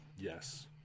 Yes